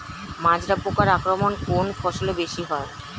মাজরা পোকার আক্রমণ কোন ফসলে বেশি হয়?